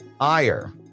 ire